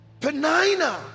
Penina